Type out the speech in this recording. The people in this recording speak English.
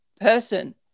person